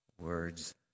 words